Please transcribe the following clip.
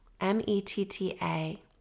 m-e-t-t-a